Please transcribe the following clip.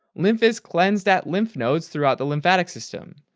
lymph is cleansed at lymph nodes throughout the lymphatic system,